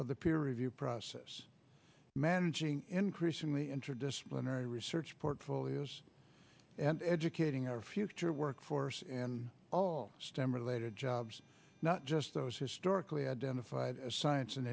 of the peer review process managing increasingly interdisciplinary research portfolios and educating our future workforce in all stem related jobs not just those historically identified as science